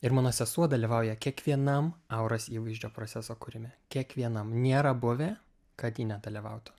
ir mano sesuo dalyvauja kiekvienam auros įvaizdžio proceso kūrime kiekvienam nėra buvę kad ji nedalyvautų